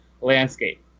landscape